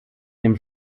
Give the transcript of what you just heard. dem